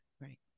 Right